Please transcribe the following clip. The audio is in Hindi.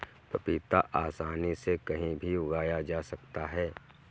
पपीता आसानी से कहीं भी उगाया जा सकता है